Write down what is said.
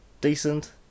decent